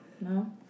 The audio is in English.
No